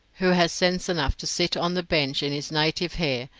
who has sense enough to sit on the bench in his native hair,